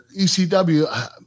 ECW